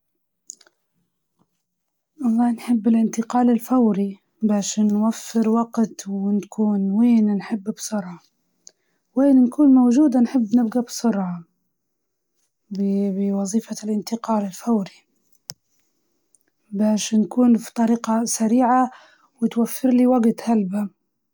الإنتقال الفوري لإنه يوفر الوقت، وكل يوم حنكون مسافرة لمكان باهي وبسرعة، وحتى يوفر الفلوس، أنت مش حتبدأ تحط فلوسك على فيزات، أو تذاكر الطيران.